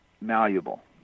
malleable